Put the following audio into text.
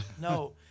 No